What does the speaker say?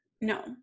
no